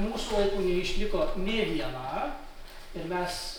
mūsų laikų neišliko nė viena ir mes